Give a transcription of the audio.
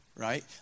Right